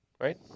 right